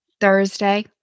Thursday